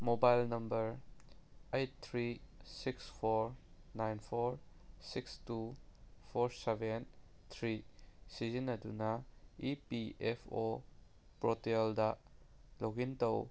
mobile number eight three six four nine four six two four seven three ꯁꯤꯖꯤꯟꯅꯗꯨꯅ E P F O ꯄꯣꯔꯇꯦꯜꯗ log in ꯇꯧ